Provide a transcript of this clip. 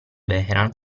vehrehan